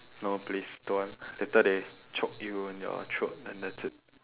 no please don't want later they choke you in your throat and that's it